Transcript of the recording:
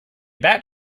bat